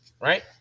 Right